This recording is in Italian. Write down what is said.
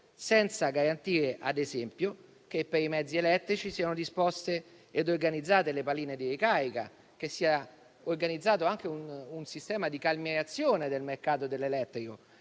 senza garantire ad esempio che per i mezzi elettrici siano disposte ed organizzate le colonnine di ricarica, che sia organizzato anche un sistema di calmierazione del mercato dell'elettrico,